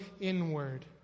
inward